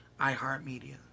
iHeartMedia